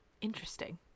Interesting